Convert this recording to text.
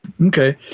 Okay